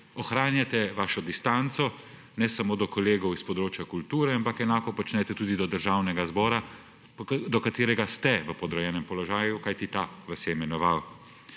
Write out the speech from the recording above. Ohranjate svojo distanco ne samo do kolegov s področja kulture, ampak enako počnete tudi do državnega zbora, do katerega ste v podrejenem položaju, kajti ta vas je imenoval.